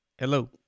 Hello